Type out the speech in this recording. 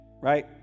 right